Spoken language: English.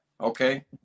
okay